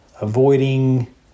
avoiding